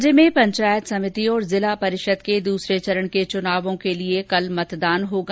राज्य में पंचायत समिति तथा जिला परिषद के दूसरे चरण के चुनावों के लिए कल मतदान होगा